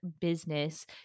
business